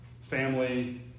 family